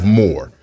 more